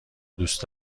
دوست